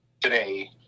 today